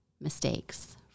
mistakes